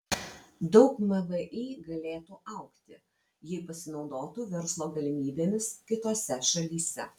daug mvį galėtų augti jei pasinaudotų verslo galimybėmis kitose šalyse